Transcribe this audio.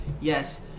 yes